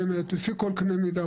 באמת, לפי כל קנה מידה.